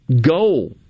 goal